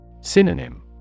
Synonym